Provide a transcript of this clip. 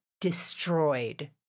destroyed